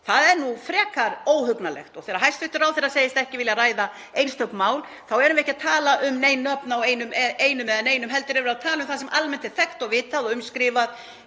það er nú frekar óhugnanlegt. Þegar hæstv. ráðherra segist ekki vilja ræða einstök mál þá erum við ekki að tala um nein nöfn á einum eða neinum heldur erum við að tala um það sem almennt er þekkt og vitað og um skrifað